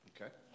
Okay